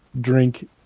Drink